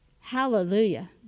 Hallelujah